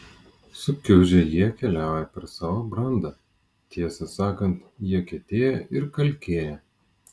sukiužę jie keliauja per savo brandą tiesą sakant jie kietėja ir kalkėja